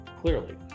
clearly